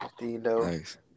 Nice